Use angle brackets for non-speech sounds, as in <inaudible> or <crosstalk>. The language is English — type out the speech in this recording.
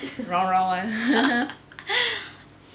<laughs>